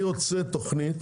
אני רוצה לתוכנית